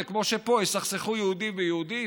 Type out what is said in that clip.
זה כמו שפה יסכסכו יהודי ביהודי,